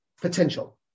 potential